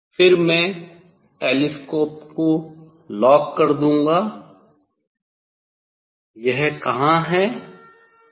फिर मैं टेलीस्कोप को लॉक कर दूंगा यह कहां है